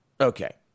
okay